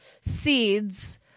seeds